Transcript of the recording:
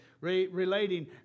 relating